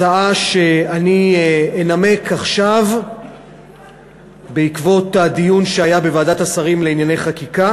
הצעה שאני אנמק עכשיו בעקבות הדיון שהיה בוועדת השרים לענייני חקיקה